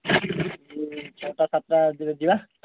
ଛଅଟା ସାତଟାରେ ଯିବା